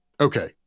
Okay